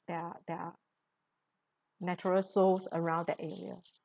there are natural souls around that area